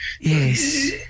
Yes